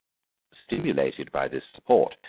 stimulated by this support,